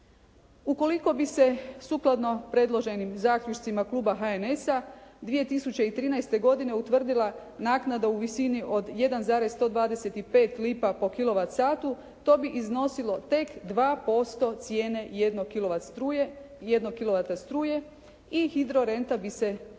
Ukoliko bi se sukladno predloženim zaključcima kluba HNS-a 2013. godine utvrdila naknada u visini od 1,125 lipa po kilovat satu to bi iznosilo tek 2% cijene jednog kilovata struje i hidro renta bi se na